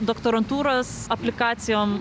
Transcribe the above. doktorantūros aplikacijom